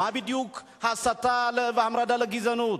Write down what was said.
מה בדיוק ההסתה וההמרדה לגזענות?